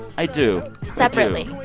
i do separately